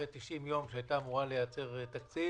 אחרי 90 יום שהייתה אמורה לייצר תקציב,